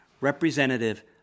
Representative